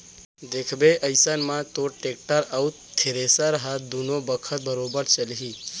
देखबे अइसन म तोर टेक्टर अउ थेरेसर ह दुनों बखत बरोबर चलही